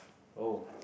oh